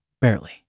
barely